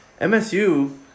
MSU